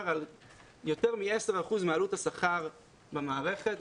על יותר מ-10 אחוזים מעלות השכר במערכת.